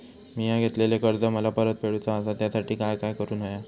मिया घेतलेले कर्ज मला परत फेडूचा असा त्यासाठी काय काय करून होया?